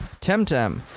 Temtem